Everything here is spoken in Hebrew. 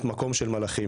מקום של מלאכים,